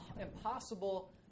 impossible